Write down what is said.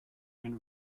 and